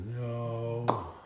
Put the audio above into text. No